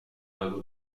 lago